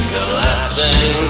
Collapsing